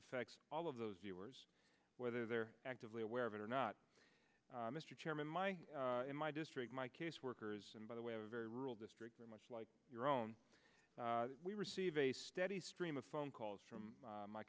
affects all of those viewers whether they're actively aware of it or not mr chairman my in my district my case workers and by the way are very rural districts are much like your own we receive a steady stream of phone calls from